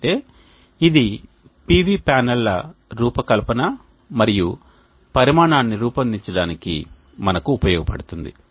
అయితే ఇది PV ప్యానెల్ల రూపకల్పన మరియు పరిమాణాన్ని రూపొందించడానికి మాకు ఉపయోగపడుతుంది